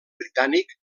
britànic